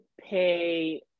pay